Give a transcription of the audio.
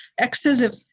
excessive